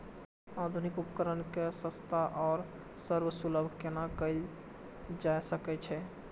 आधुनिक उपकण के सस्ता आर सर्वसुलभ केना कैयल जाए सकेछ?